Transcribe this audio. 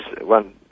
one